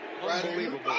Unbelievable